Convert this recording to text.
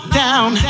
down